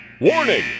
Warning